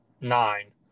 nine